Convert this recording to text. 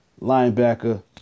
linebacker